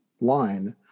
line